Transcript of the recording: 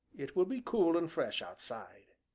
it will be cool and fresh, outside.